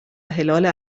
هلال